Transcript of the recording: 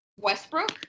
Westbrook